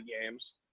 games